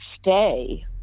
stay